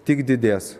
tik didės